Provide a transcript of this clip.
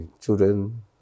children